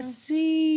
see